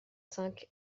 cinq